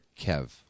Kev